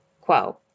quo